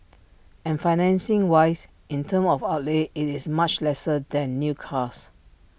and financing wise in terms of outlay IT is much lesser than new cars